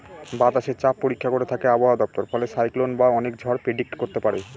বাতাসের চাপ পরীক্ষা করে থাকে আবহাওয়া দপ্তর ফলে সাইক্লন বা অনেক ঝড় প্রেডিক্ট করতে পারে